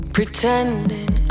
Pretending